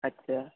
اچھا